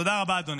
תודה רבה, אדוני.